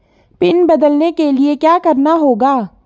Pin बदलने के लिए क्या करना होगा?